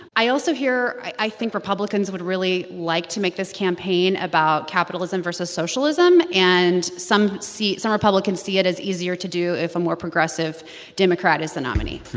i also hear i think republicans would really like to make this campaign about capitalism versus socialism. and some see some republicans see it as easier to do if a more progressive democrat is the nominee